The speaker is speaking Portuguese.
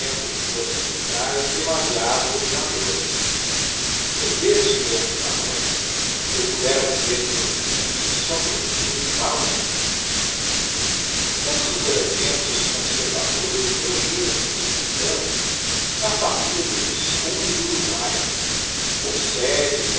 o desenvolvimento de forças locaes demasiado dominadoras em vez de grandes barões eu pudera dizer que o ambiente só produziu baronetes todos os elementos conservadores reuniram-se entretanto na familia do visconde do uruguay com